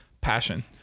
passion